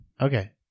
Okay